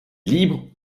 libre